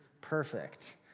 Perfect